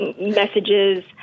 messages